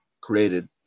created